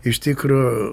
iš tikro